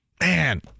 Man